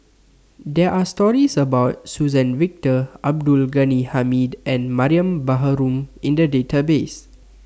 There Are stories about Suzann Victor Abdul Ghani Hamid and Mariam Baharom in The Database